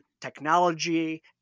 technology